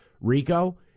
Rico